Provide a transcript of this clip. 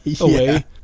away